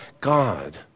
God